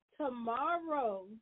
tomorrow